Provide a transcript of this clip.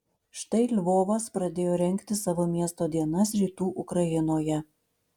štai lvovas pradėjo rengti savo miesto dienas rytų ukrainoje